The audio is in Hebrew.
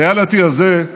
הריאליטי הזה,